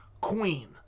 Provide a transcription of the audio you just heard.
queen